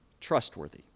trustworthy